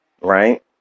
Right